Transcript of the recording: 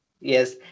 yes